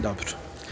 Dobro.